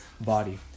body